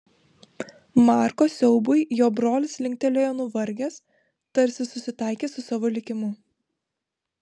marko siaubui jo brolis linktelėjo nuvargęs tarsi susitaikęs su savo likimu